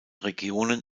regionen